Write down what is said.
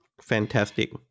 Fantastic